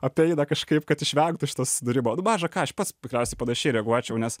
apeina kažkaip kad išvengtų šito susidūrimo nu maža ką aš pats tikriausiai panašiai reaguočiau nes